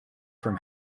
from